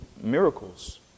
miracles